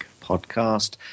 podcast